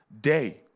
day